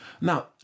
Now